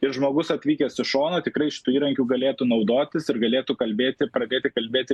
ir žmogus atvykęs iš šono tikrai šitu įrankiu galėtų naudotis ir galėtų kalbėti ir pradėti kalbėti